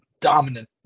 dominant